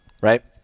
right